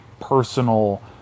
personal